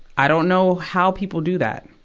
i don't know how people do that.